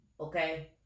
Okay